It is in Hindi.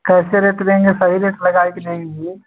कैसे रेट देंगे सही रेट लगाकर दे दीजिए